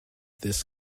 this